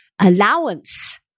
allowance